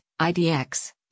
IDX